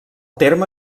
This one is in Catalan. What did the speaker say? terme